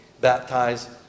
baptize